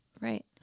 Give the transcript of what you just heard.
right